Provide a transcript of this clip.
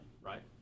right